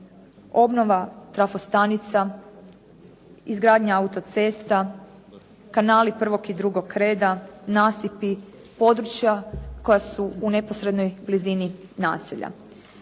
obnova trafostanica, izgradnja auto-cesta, kanali prvog i drugog reda, nasipi, područja koja su u neposrednoj blizini naselja.